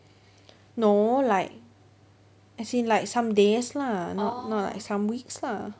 no like as in like some days lah not not like some weeks lah